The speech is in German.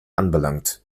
anbelangt